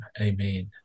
Amen